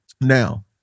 Now